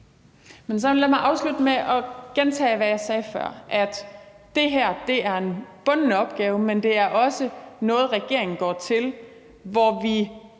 lad mig afslutte med at gentage, hvad jeg sagde før, nemlig at det her er en bunden opgave, men det er også noget, regeringen går til, hvor vi